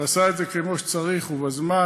ועשה את זה כמו שצריך ובזמן.